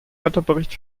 wetterbericht